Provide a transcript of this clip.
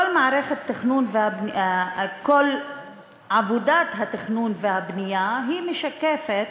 כל עבודת התכנון והבנייה משקפת,